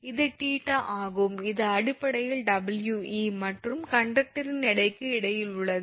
இது 𝜃 ஆகும் இது அடிப்படையில் 𝑊𝑒 மற்றும் கண்டக்டரின் எடைக்கு இடையில் உள்ளது